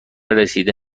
رسیده